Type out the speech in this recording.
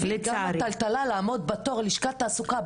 וגם הטלטלה הזו של לעמוד בתור בלשכת התעסוקה,